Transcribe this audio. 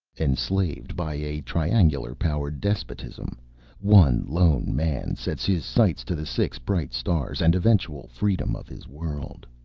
enslaved by a triangular powered despotism one lone man sets his sights to the six bright stars and eventual freedom of his world.